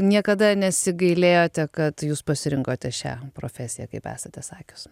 niekada nesigailėjote kad jūs pasirinkote šią profesiją kaip esate sakius